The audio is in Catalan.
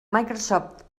microsoft